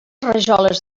rajoles